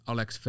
Alex